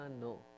No